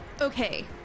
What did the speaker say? okay